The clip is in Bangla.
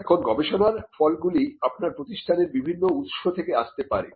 এখন গবেষণার ফলগুলি আপনার প্রতিষ্ঠানের বিভিন্ন উৎস থেকে আসতে পারে